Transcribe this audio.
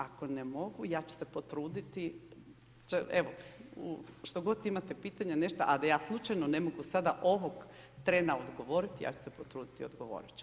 Ako ne mogu, ja ću se potruditi, evo što god imate pitanja nešto a da ja slučajno ne mogu sada ovog trena odgovoriti, ja ću se potruditi i odgovoriti ću.